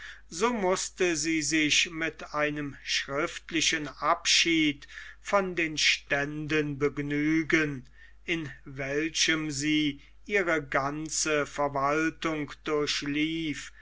so mußte sie sich mit einem schriftlichen abschiede von den ständen begnügen in welchem sie ihre ganze verwaltung durchlief